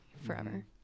Forever